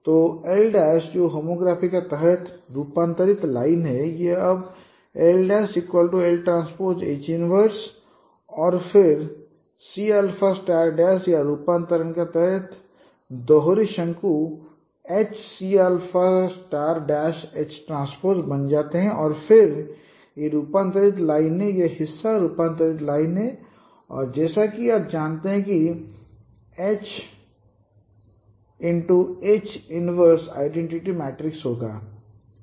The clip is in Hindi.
तो l जो होमोग्राफी के तहत रूपांतरित लाइन है यह अब l'lT H 1और फिर C या रूपांतरण के तहत दोहरी शंकु HC HT बन जाती है और फिर यह रूपांतरित लाइन है यह हिस्सा रूपांतरित लाइन है और जैसा कि आप जानते हैं कि H 1H आइडेंटिटी मैट्रिक्स होगा